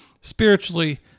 spiritually